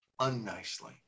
unnicely